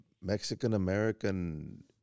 Mexican-American